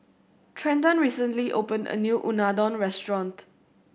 Trenton recently opened a new Unadon restaurant